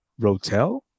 Rotel